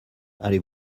allez